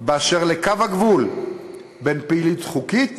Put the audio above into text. אשר לקו הגבול בין פעילות חוקית